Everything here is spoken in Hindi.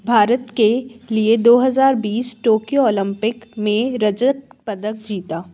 भारत के लिए दो हज़ार बीस टोक्यो ओलंपिक में रजत पदक जीता